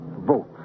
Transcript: vote